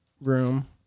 room